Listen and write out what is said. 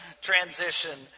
transition